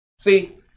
See